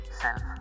self